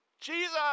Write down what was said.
Jesus